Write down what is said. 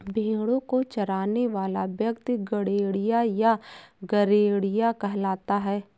भेंड़ों को चराने वाला व्यक्ति गड़ेड़िया या गरेड़िया कहलाता है